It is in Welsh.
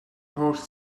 holl